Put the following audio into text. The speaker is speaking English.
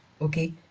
okay